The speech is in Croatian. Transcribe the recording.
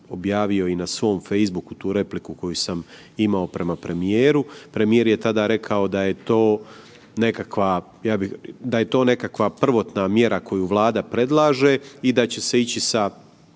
objavio i na svom facebooku tu repliku koju sam imao prema premijeru. Premijer je tada rekao da je to nekakva prvotna mjera koju Vlada predlaže i da će se ići